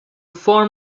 farm